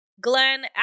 Glenn